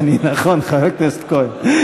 "מתחרט אני", נכון, חבר הכנסת כהן.